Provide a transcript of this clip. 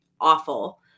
awful